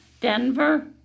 Denver